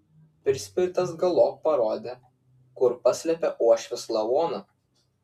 prispirtas galop parodė kur paslėpė uošvės lavoną